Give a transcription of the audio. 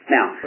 Now